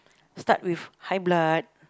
start with high blood